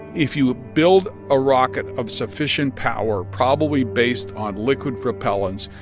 if you build a rocket of sufficient power, probably based on liquid propellants,